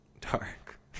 dark